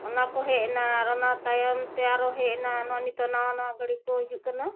ᱚᱱᱟ ᱠᱚ ᱦᱮᱡ ᱮᱱᱟ ᱟᱨ ᱚᱱᱟ ᱛᱟᱭᱚᱢ ᱛᱮ ᱟᱨᱚ ᱦᱮᱡ ᱮᱱᱟ ᱱᱚᱣᱟ ᱱᱤᱛᱳᱜ ᱱᱟᱣᱟ ᱱᱟᱣᱟ ᱜᱟᱹᱰᱤ ᱠᱚ ᱦᱤᱡᱩᱜ ᱠᱟᱱᱟ